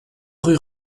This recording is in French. rue